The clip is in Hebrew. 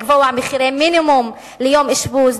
לקבוע מחירי מינימום ליום אשפוז,